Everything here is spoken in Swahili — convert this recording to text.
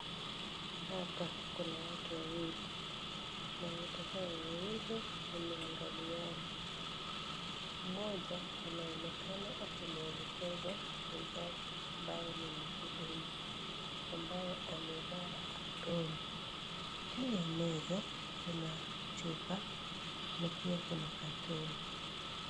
Hapa Kuna watu wawili na watu Hawa wawili wameangaliana. Moja anaonekana akimwelekeza mwenzake ni mdogo, ambaye amevaa aproni. Juu ya meza Kuna chupa na pia Kuna katoni